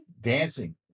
Dancing